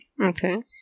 Okay